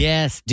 Yes